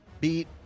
beat